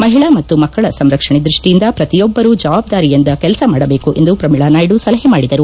ಮಹಿಳಾ ಮತ್ತು ಮಕ್ಕಳ ಸಂರಕ್ಷಣೆ ದೃಷ್ಟಿಯಿಂದ ಪ್ರತಿಯೊಬ್ಬರು ಜವಾಬ್ದಾರಿಯಿಂದ ಕೆಲಸ ಮಾಡಬೇಕು ಎಂದು ಪ್ರಮೀಳಾ ನಾಯ್ಡು ಸಲಹೆ ಮಾಡಿದರು